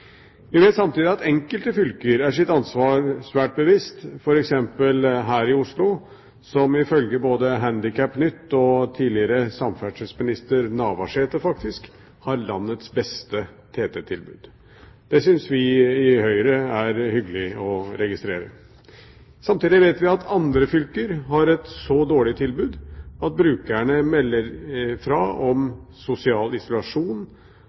Vi vet samtidig at enkelte fylker er seg sitt ansvar svært bevisst, f.eks. her i Oslo, som, ifølge både Handikapnytt og tidligere samferdselsminister Navarsete faktisk, har landets beste TT-tilbud. Det syns vi i Høyre er hyggelig å registrere. Samtidig vet vi at andre fylker har et så dårlig tilbud at brukerne melder fra om sosial isolasjon